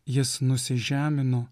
jis nusižemino